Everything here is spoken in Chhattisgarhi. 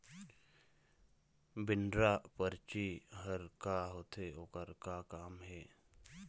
विड्रॉ परची हर का होते, ओकर का काम हे?